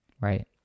right